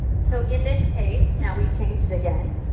so, in this case now we've changed it again.